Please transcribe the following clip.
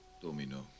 Domino